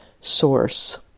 source